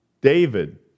David